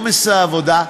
מעומס העבודה,